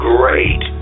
Great